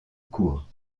court